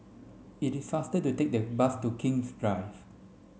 it is faster to take the bus to King's Drive